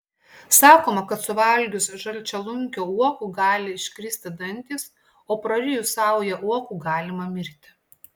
sakoma kad suvalgius žalčialunkio uogų gali iškristi dantys o prarijus saują uogų galima mirti